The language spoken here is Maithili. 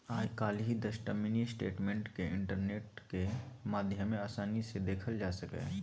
आइ काल्हि दसटा मिनी स्टेटमेंट केँ इंटरनेटक माध्यमे आसानी सँ देखल जा सकैए